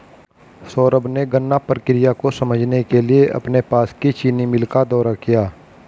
सौरभ ने गन्ना प्रक्रिया को समझने के लिए अपने पास की चीनी मिल का दौरा किया